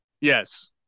Yes